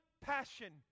passion